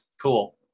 Cool